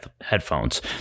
headphones